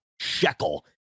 shekel